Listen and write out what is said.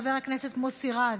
חבר הכנסת מוסי רז,